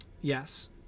Yes